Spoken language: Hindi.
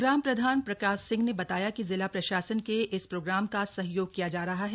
ग्राम प्रधान प्रकाश सिंह ने बताया कि जिला प्रशासन के इस प्रोग्राम का सहयोग किया जा रहा है